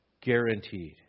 Guaranteed